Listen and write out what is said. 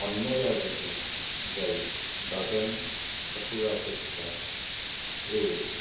ଅନ୍ୟ ରାଜ୍ୟକୁ ଯାଇ ଦାଦନ ଖଟିବା ଅପେକ୍ଷା ଏ